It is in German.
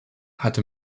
hatte